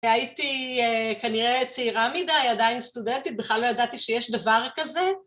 ‫הייתי כנראה צעירה מדי, עדיין סטודנטית, ‫בכלל לא ידעתי שיש דבר כזה.